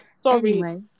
Sorry